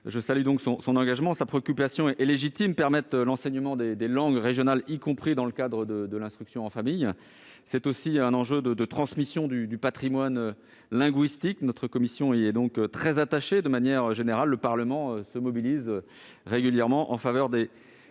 Je salue son engagement. Sa préoccupation est légitime : permettre l'enseignement des langues régionales, y compris dans le cadre de l'instruction en famille, c'est aussi un enjeu de transmission du patrimoine linguistique. Notre commission y est très attachée et, de manière générale, le Parlement se mobilise régulièrement en faveur des